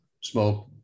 smoke